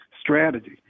strategy